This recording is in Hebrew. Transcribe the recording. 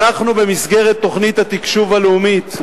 אנחנו, במסגרת תוכנית התקשוב הלאומית,